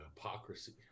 hypocrisy